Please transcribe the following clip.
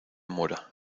mora